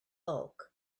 bulk